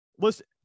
listen